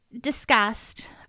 discussed